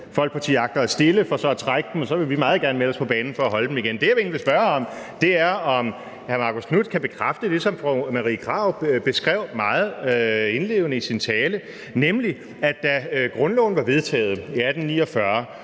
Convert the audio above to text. Folkeparti agter at fremsætte for så at trække dem; så vil vi meget gerne melde os på banen for at holde dem igen. Det, jeg egentlig vil spørge om, er, om hr. Marcus Knuth kan bekræfte det, som fru Marie Krarup beskrev meget indlevende i sin tale, nemlig at da grundloven var vedtaget i 1849